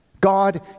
God